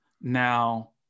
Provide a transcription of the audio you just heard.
Now